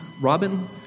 Robin